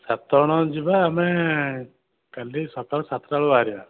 ସାତ ଜଣ ଯିବା ଆମେ କାଲି ସକାଳୁ ସାତଟା ବେଳେ ବାହାରିବା